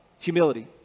humility